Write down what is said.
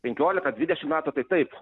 penkiolika dvidešim metų tai taip